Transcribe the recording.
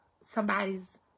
somebody's